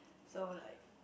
so like